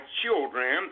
children